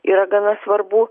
yra gana svarbu